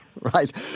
Right